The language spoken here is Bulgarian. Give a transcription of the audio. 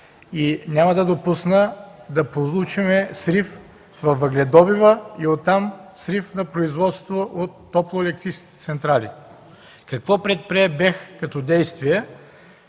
Няма да допусна да получим срив във въгледобива и оттам срив на производство от топлоелектрически централи. Какво предприе БЕХ като действие?